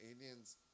aliens